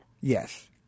Yes